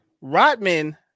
Rodman